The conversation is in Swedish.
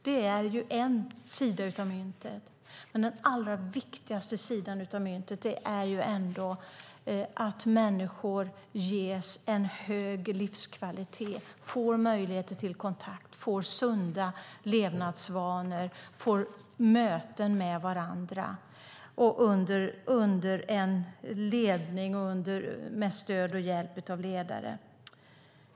Det är en sida av myntet, men den allra viktigaste sidan av myntet är ändå att människor ges en hög livskvalitet, får möjlighet till kontakt, sunda levnadsvanor och möten med varandra med stöd och hjälp av ledare.